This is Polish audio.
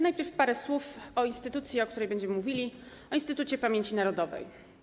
Najpierw parę słów o instytucji, o której będziemy mówili, o Instytucie Pamięci Narodowej.